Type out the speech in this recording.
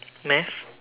math